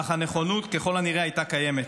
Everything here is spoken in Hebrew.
אך הנכונות ככל הנראה הייתה קיימת.